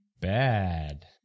bad